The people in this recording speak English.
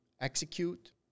execute